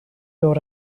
door